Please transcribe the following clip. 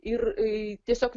ir į tiesiog